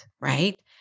right